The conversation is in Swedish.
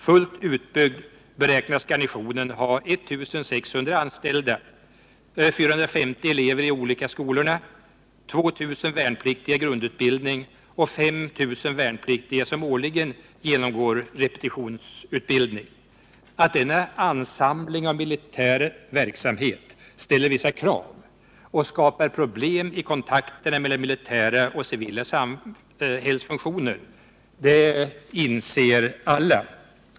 Fullt utbyggd beräknas garnisonen ha 1 600 anställda, 450 elever i olika skolor, 2 000 värnpliktiga i grundutbildning och 5 000 värnpliktiga som årligen genomgår repetitionsutbildning. Att denna ansamling av militär verksamhet ställer vissa krav — och skapar problem i kontakterna mellan militära och civila samhällsfunktioner — inser alla.